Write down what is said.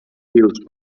fils